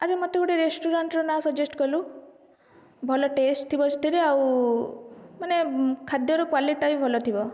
ଆରେ ମତେ ଗୋଟେ ରେଷ୍ଟୁରାଣ୍ଟ୍ର ନା ସଜେଷ୍ଟ୍ କଲୁ ଭଲ ଟେଷ୍ଟ୍ ଥିବ ସେଥିରେ ଆଉ ମାନେ ଖାଦ୍ୟର କ୍ୱାଲିଟିଟା ବି ଭଲ ଥିବ